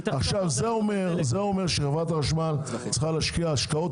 זה אומר שחברת החשמל צריכה להשקיע השקעות